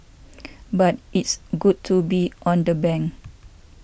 but it's good to be on the bank